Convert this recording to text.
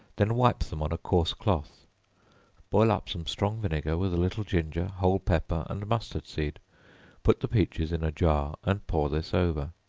then wipe them on a coarse cloth boil up some strong vinegar, with a little ginger, whole pepper and mustard seed put the peaches in a jar and pour this over.